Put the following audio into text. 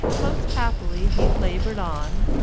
most happily he laboured on,